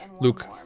Luke